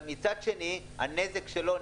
אבל מצד שני הנזק שלו.